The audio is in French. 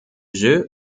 jeux